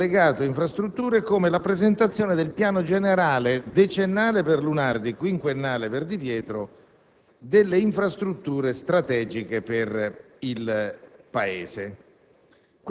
l'allegato infrastrutture come rappresentazione del piano generale (decennale per Lunardi e quinquennale per Di Pietro) delle infrastrutture strategiche per il Paese.